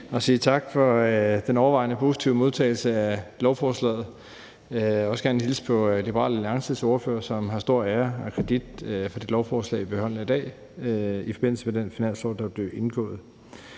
og sige tak for den overvejende positive modtagelse af lovforslaget, og jeg vil også gerne hilse på Liberal Alliances ordfører, som har stor ære af det lovforslag, vi behandler i dag, i forbindelse med den finanslovsaftale, der blev indgået.